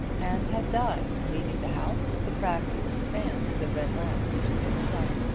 and had died, leaving the house, the practice, and the red lamp to his son.